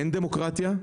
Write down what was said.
אין דמוקרטיה,